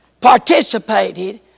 participated